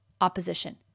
opposition